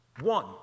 one